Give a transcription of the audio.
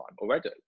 already